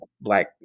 black